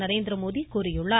நரேந்திரமோடி கூறியுள்ளார்